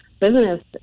business